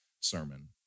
sermon